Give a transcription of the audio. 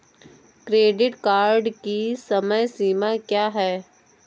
Credit card की समय सीमा क्या है?